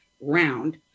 round